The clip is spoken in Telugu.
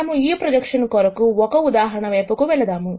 మనము ఈ ప్రొజెక్షన్ కొరకు ఒక ఉదాహరణ వైపుకు వెళదాం